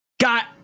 got